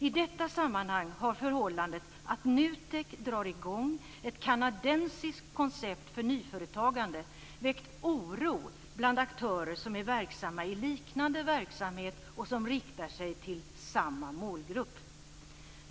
I detta sammanhang har förhållandet att NUTEK drar i gång ett kanadensiskt koncept för nyföretagande väckt oro bland aktörer som är verksamma i liknande verksamhet och som riktar sig till samma målgrupp.